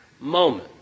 moment